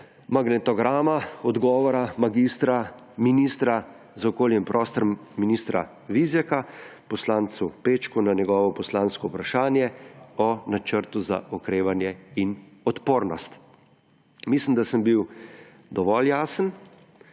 magnetograma odgovora mag. ministra za okolje in prostor Vizjaka poslancu Pečku na njegovo poslansko vprašanje o Načrtu za okrevanje in odpornost. Mislim, da sem bil dovolj jasen